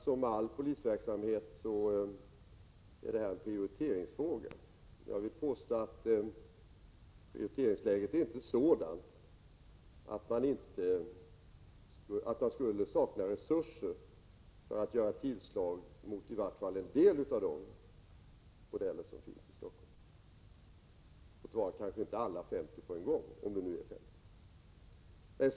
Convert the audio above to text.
Som all polisverksamhet är naturligtvis även detta en prioriteringsfråga. Jag vill påstå att prioriteringsläget inte är sådant att man skulle sakna resurser för att göra tillslag mot i varje fall vissa av de bordeller som finns i Stockholm, låt vara kanske inte alla 50 på en gång, om det nu är 50.